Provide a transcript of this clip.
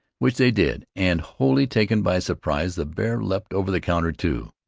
which they did, and, wholly taken by surprise, the bear leaped over the counter too,